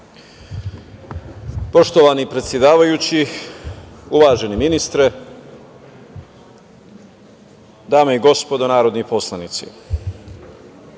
poštovana predsedavajuća. Uvaženi ministre, dame i gospodo narodni poslanici